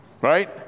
Right